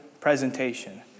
presentation